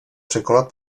překonat